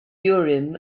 urim